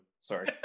sorry